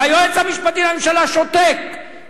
והיועץ המשפטי לממשלה שותק,